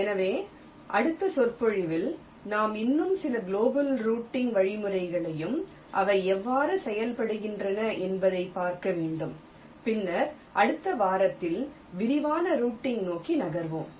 எனவே அடுத்த சொற்பொழிவில் நாம் இன்னும் சில குளோபல் ரூட்டிங் வழிமுறைகளையும் அவை எவ்வாறு செயல்படுகின்றன என்பதையும் பார்க்க வேண்டும் பின்னர் அடுத்த வாரத்தில் விரிவான ரூட்டிங் நோக்கி நகர்வோம்